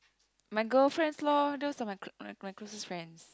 my girlfriends lor those are my clo~ my closest friends